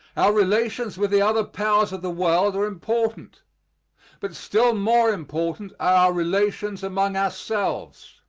our relations with the other powers of the world are important but still more important are our relations among ourselves.